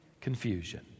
confusion